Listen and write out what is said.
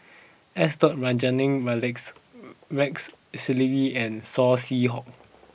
S Rajaratnam Rex Rex Shelley and Saw Swee Hock